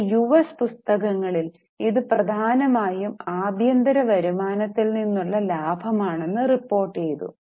പക്ഷേ യുഎസ് പുസ്തകങ്ങളിൽ ഇത് പ്രധാനമായും ആഭ്യന്തര വരുമാനത്തിൽ നിന്നുള്ള ലാഭമാണെന്ന് റിപ്പോർട്ടുചെയ്തു